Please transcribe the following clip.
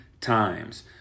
times